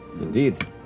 Indeed